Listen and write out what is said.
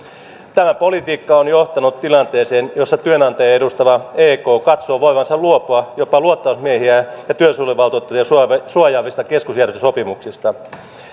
tämä politiikka on johtanut tilanteeseen jossa työnantajia edustava ek katsoo voivansa luopua jopa luottamusmiehiä ja työsuojeluvaltuutettuja suojaavista suojaavista keskusjärjestösopimuksista